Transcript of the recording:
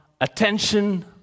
attention